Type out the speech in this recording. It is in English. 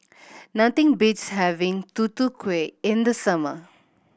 nothing beats having Tutu Kueh in the summer